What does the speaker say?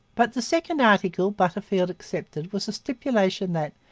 but the second article butterfield accepted was a stipulation that,